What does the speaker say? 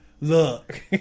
look